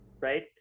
right